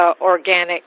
organic